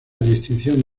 distinción